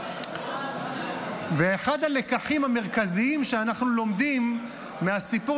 אחד הלקחים המרכזיים שאנחנו לומדים מהסיפור